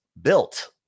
built